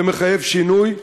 זה מחייב שינוי,